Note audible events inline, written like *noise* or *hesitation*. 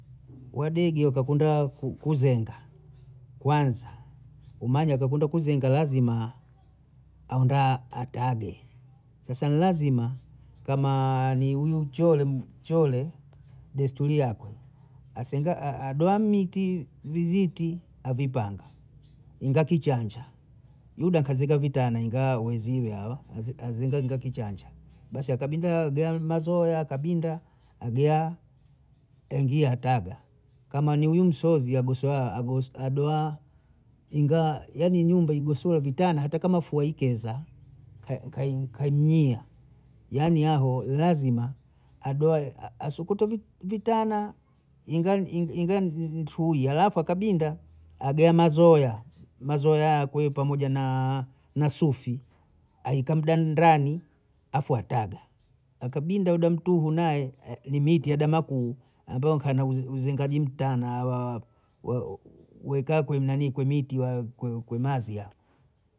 Weaduge kakombea kuzenga kwanza, umanya kwa kwenda kuzenga lazima anda atage, sasa ni lazima kama *hesitation* huyu nchore mchore desturi yakwe asenga Adwa miti mwiziti avipanga, inga kichanja, nyumba kazieka vitana ingawa weziwawo *hesitation* azenga luga kichanja, basi wakabinda wao garama zoya akabinda, agea, engia ataga, kama ni huyu msozi agoswa agos *hesitation* adoha ingawa yaani nyumba igosowa vitana hata kama fua ikeza ka *hesitation* kamnyia yaani hao lazima adwe asukotwe vitana ile *hesitation* ile ntui halafu akabinda agae mazoya mazoya yakwe Pamoja na sufi aika mdandani afu ataga akabinda ada mtuhu naye *hesitation* ni miti adama kuu ambayo nkana uzengaji mtana hawa wa *hesitation* weka kwe mnanii kwe miti ya *hesitation* kwe mazia